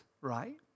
right